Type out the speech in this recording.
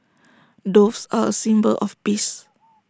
doves are A symbol of peace